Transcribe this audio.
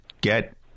get